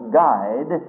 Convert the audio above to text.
guide